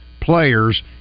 players